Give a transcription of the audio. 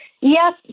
yes